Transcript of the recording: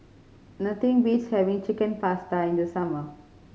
nothing beats having Chicken Pasta in the summer